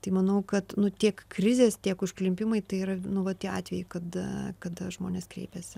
tai manau kad nu tiek krizės tiek užklimpimai tai yra nu vat tie atvejai kada kada žmonės kreipiasi